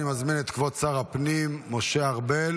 אני מזמין את כבוד שר הפנים משה ארבל